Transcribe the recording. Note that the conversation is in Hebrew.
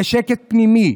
לשקט פנימי,